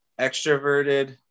extroverted